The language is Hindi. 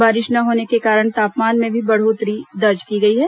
बारिश न होने के कारण तापमान में भी बढ़ोत्तरी दर्ज की गई है